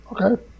Okay